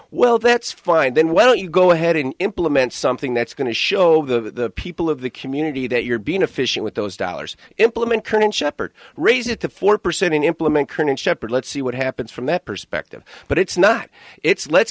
well that's fine then why don't you go ahead and implement something that's going to show the people of the community that you're being efficient with those dollars implement kernan shepherd raise it to four percent and implement kernan shepherd let's see what happens from that perspective but it's not it's let's